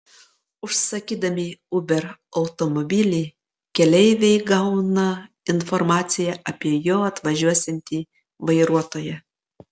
užsakydami uber automobilį keleiviai gauna informaciją apie jo atvažiuosiantį vairuotoją